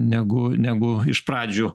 negu negu iš pradžių